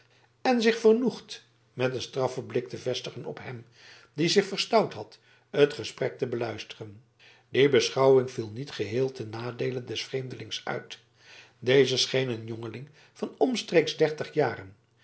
en zich vergenoegd met een straffen blik te vestigen op hem die zich verstout had het gesprek te beluisteren die beschouwing viel niet geheel ten nadeele des vreemdelings uit deze scheen een jongeling van omstreeks dertig jaren